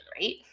right